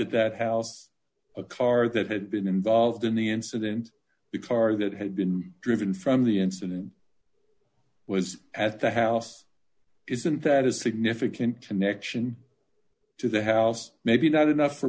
at that house a car that had been involved in the incident the far that had been driven from the incident was at the house isn't that a significant connection to the house maybe not enough for